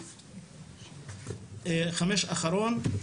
נקודה אחרונה,